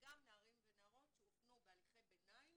וגם נערים ונערות שהופנו בהליכי ביניים